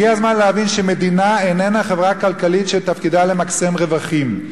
הגיע הזמן להבין שמדינה איננה חברה כלכלית שתפקידה למקסם רווחים.